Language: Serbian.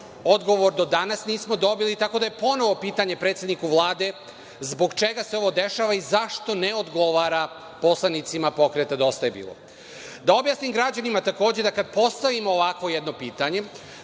Odgovor do danas nismo dobili, tako da je ponovo pitanje predsedniku Vlade zbog čega se ovo dešava i zašto ne odgovara poslanicima Pokreta DJB?Da objasnim građanima takođe da kada postavimo ovakvo jedno pitanje